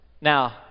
Now